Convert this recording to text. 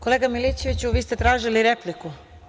Kolega Milićeviću, vi ste tražili repliku.